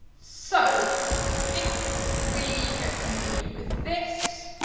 so if we continue with this,